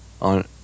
on